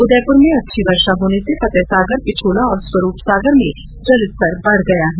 उदयपुर में अच्छी वर्षा होने से फतेहसागर पिछोला और स्वरूप सागर में जलस्तर बढ़ गया है